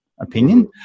opinion